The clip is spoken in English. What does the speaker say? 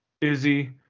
Izzy